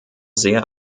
sehr